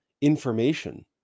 information